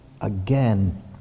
again